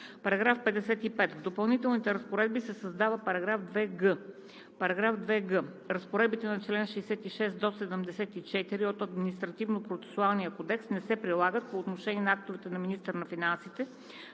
§ 55: „§ 55. В допълнителните разпоредби се създава § 2г: „§ 2г. Разпоредбите на чл. 66 – 74 от Административнопроцесуалния кодекс не се прилагат по отношение на актовете на министъра на финансите,